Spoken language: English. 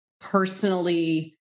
personally